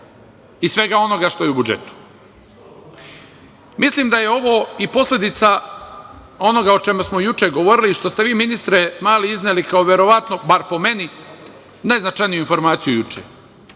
i svega onoga što je u budžetu. Mislim da je ovo i posledica onoga o čemu smo juče govorili, što ste vi, ministre Mali, izneli kao verovatno, bar po meni, najznačajniju informaciju juče,